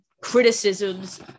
criticisms